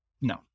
no